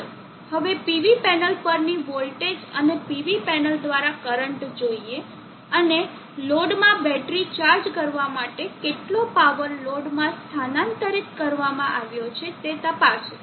ચાલો હવે PV panel પરની વોલ્ટેજ અને PV પેનલ દ્વારા કરંટ જોઈએ અને લોડમાં બેટરી ચાર્જ કરવા માટે કેટલો પાવર લોડમાં સ્થાનાંતરિત કરવામાં આવ્યો છે તે તપાસો